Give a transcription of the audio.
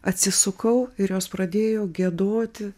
atsisukau ir jos pradėjo giedoti